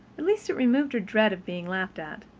at least it removed her dread of being laughed at,